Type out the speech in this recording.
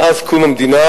מאז קום המדינה,